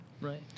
Right